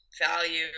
value